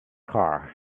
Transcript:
car